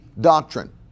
doctrine